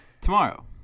Tomorrow